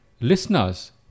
listeners